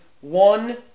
one